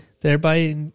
thereby